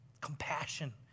Compassion